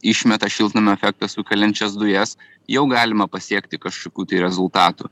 išmeta šiltnamio efektą sukeliančias dujas jau galima pasiekti kažkokių rezultatų